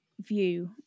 view